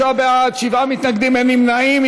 69 בעד, שבעה מתנגדים, אין נמנעים.